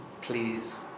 please